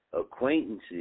acquaintances